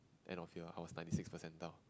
end of year I was ninety six percentile